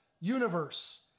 universe